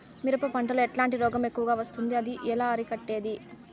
మిరప పంట లో ఎట్లాంటి రోగం ఎక్కువగా వస్తుంది? ఎలా అరికట్టేది?